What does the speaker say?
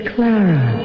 Clara